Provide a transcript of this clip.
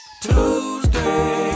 Tuesday